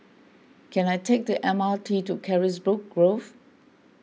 can I take the M R T to Carisbrooke Grove